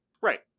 Right